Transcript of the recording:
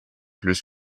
plus